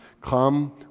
Come